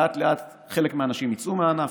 לאט-לאט חלק מהאנשים יצאו מהענף,